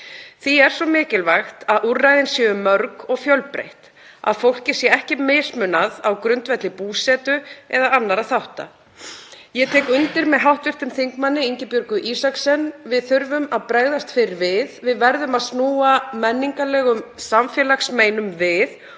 Því er svo mikilvægt að úrræðin séu mörg og fjölbreytt, að fólki sé ekki mismunað á grundvelli búsetu eða annarra þátta. Ég tek undir með hv. þm. Ingibjörgu Isaksen, við þurfum að bregðast fyrr við. Við verðum að laga menningarleg samfélagsmein og